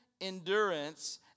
endurance